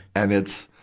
and it's,